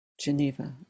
Geneva